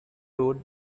road